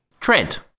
Trent